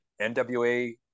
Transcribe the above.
NWA